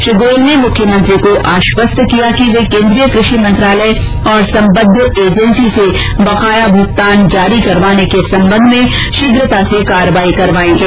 श्री गोयल ने मुख्यमंत्री को आश्वस्त किया कि वे केंद्रीय कृषि मंत्रालय और सम्बद्ध एजेंसी से बकाया भुगतान जारी करवाने के संबंध में शीघ्रता से कार्यवाही करवाएंगे